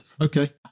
Okay